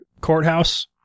courthouse